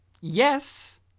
Yes